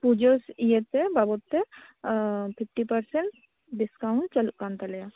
ᱯᱩᱡᱟᱹ ᱤᱭᱟᱹᱛᱮ ᱵᱟᱵᱚᱛ ᱛᱮ ᱯᱷᱤᱯᱴᱤ ᱯᱟᱨᱥᱮᱱ ᱰᱤᱥᱠᱟᱣᱩᱸᱴ ᱪᱟᱞᱩᱜ ᱠᱟᱱ ᱛᱟᱞᱮᱭᱟ